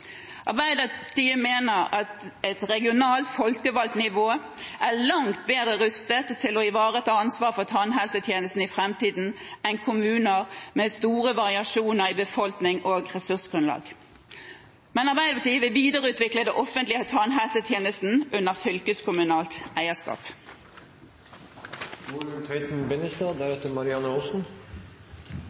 Arbeiderpartiet mener at et regionalt, folkevalgt nivå er langt bedre rustet til å ivareta ansvaret for tannhelsetjenesten i framtiden enn kommuner med store variasjoner i befolknings- og ressursgrunnlag. Arbeiderpartiet vil videreutvikle den offentlige tannhelsetjenesten under fylkeskommunalt